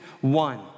one